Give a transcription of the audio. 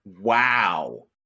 Wow